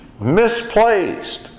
misplaced